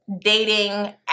dating